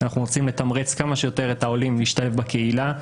אנחנו רוצים לתמרץ כמה שיותר את העולים להשתלב בקהילה.